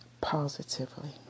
positively